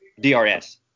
DRS